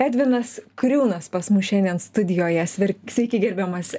edvinas kriūnas pas mus šiandien studijoje sver sveiki gerbiamas